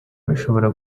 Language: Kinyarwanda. bishobora